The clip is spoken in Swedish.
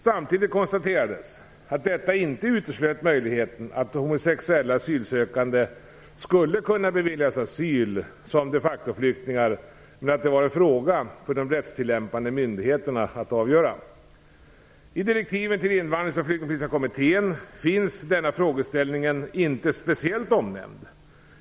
Samtidigt konstaterades att detta inte uteslöt möjligheten att homosexuella asylsökande skulle kunna beviljas asyl som de facto-flyktingar, men att det var en fråga för de rättstillämpande myndigheterna att avgöra. I direktiven till invandrings och flyktingpolitiska kommittén finns denna frågeställning inte speciellt omnämnd.